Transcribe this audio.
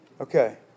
Okay